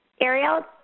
Ariel